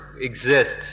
exists